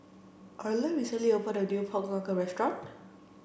Arland recently opened a new pork knuckle restaurant